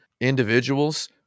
individuals